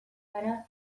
gara